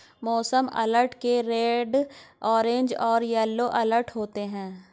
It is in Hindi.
मौसम अलर्ट के रेड ऑरेंज और येलो अलर्ट होते हैं